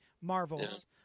Marvel's